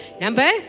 number